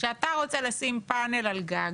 כשאתה רוצה לשים פנל על גג,